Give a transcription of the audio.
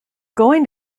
going